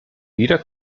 jeder